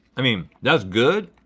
i mean, that's good.